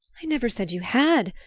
i never said you had!